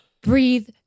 Breathe